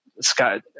Scott